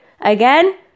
Again